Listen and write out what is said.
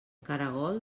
caragol